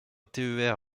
ter